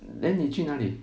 then 你去哪里